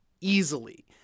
easily